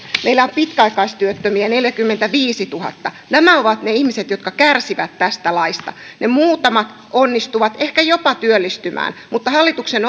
meillä on pitkäaikaistyöttömiä neljäkymmentäviisituhatta nämä ovat ne ihmiset jotka kärsivät tästä laista ne muutamat onnistuvat ehkä jopa työllistymään mutta hallituksen